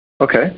Okay